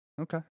okay